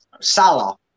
Salah